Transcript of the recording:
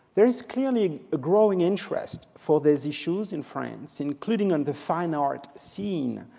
there is clearly a growing interest for these issues in france, including on the fine art scene.